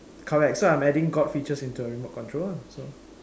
correct so I'm adding God features into our remote control lah so